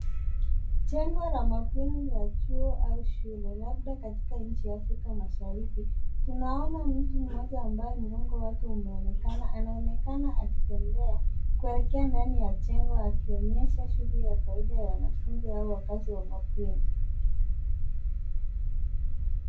Jengo la mabweni ya chuo au shule labda katika nchi ya Afrika Mashariki. Tunaona mtu mmoja ambaye mgongo wake unaonekana, anaonekana akitembea kuelekea ndani ya jengo; akionyesha shughuli ya kawaida ya wanafunzi au wakazi wa mabweni.